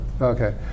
Okay